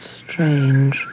strange